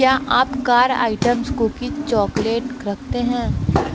क्या आप car items cookies chocolate रखते हैं